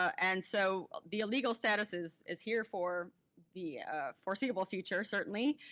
and so the illegal status is is here for the foreseeable future certainly.